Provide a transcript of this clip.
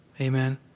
Amen